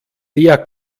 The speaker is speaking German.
der